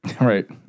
Right